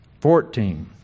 Fourteen